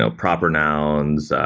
ah proper nouns,